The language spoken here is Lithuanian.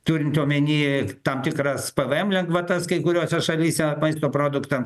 turint omeny tam tikras pvm lengvatas kai kuriose šalyse maisto produktam